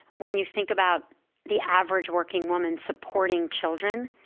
when you think about the average working woman supporting children,